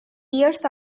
years